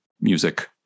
music